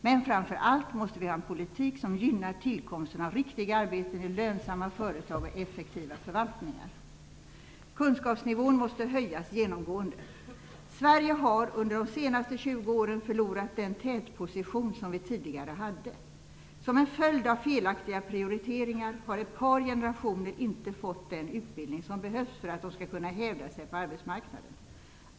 Men framför allt måste vi ha en politik som gynnar tillkomsten av riktiga arbeten i lönsamma företag och effektiva förvaltningar. Kunskapsnivån måste genomgående höjas. Sverige har under de senaste 20 åren förlorat den tätposition som vi tidigare hade. Som en följd av felaktiga prioriteringar har ett par generationer inte fått den utbildning som behövs för att de skall kunna hävda sig på arbetsmarknaden.